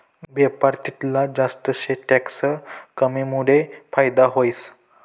बेपार तितला जास्त शे टैक्स कमीमुडे फायदा व्हस